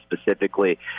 specifically